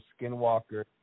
skinwalker